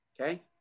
okay